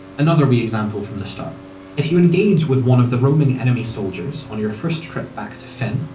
another wee example from the start if you engage with one of the roaming enemy soldiers on your first trip back to fynn,